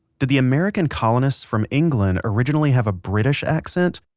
did the american colonists from england originally have a british accent?